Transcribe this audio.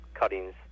cuttings